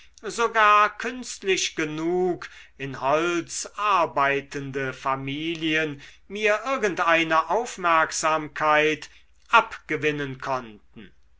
künstlich genug in holz arbeitende familien mir irgendeine aufmerksamkeit abgewinnen konnten